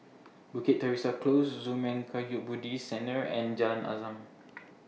Bukit Teresa Close Zurmang Kagyud Buddhist Centre and Jalan Azam